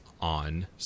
on